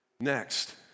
Next